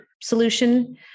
solution